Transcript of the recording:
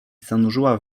zanurzyła